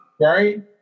right